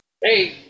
Hey